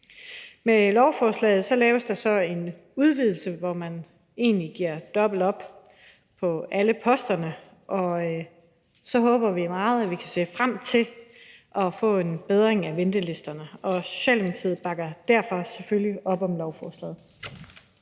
Med lovforslaget laves der så en udvidelse, hvor man egentlig giver dobbelt op på alle posterne, og så håber vi meget, at vi kan se frem til at få en bedring af problemet med ventelisterne. Derfor bakker Socialdemokratiet selvfølgelig op om lovforslaget.